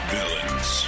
Villains